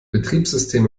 betriebssystem